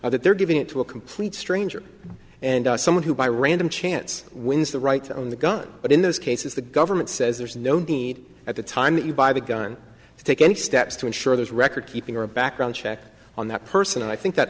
that they're giving it to a complete stranger and someone who by random chance wins the right to own the gun but in those cases the government says there's no need at the time that you buy a gun to take any steps to ensure there's recordkeeping or a background check on that person and i think that